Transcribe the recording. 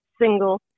single